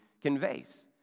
conveys